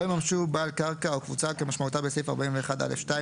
יממשו בעל קרקע או קבוצה כמשמעותה בסעיף 41(א)(2),